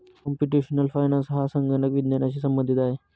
computational finance हा संगणक विज्ञानाशी संबंधित आहे